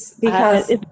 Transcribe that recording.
Because-